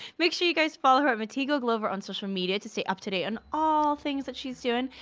make sure you guys follow her montegoglover on social media to stay up to date on all things that she's doing,